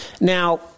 Now